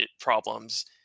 problems